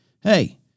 hey